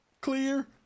Clear